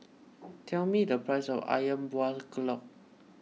tell me the price of Ayam Buah Keluak